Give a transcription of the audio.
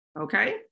okay